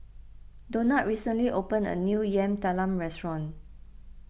Donat recently opened a new Yam Talam restaurant